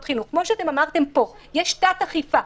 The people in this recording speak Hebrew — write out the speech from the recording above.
חינוך כפי שאמרתם פה: יש תת אכיפה.